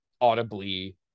audibly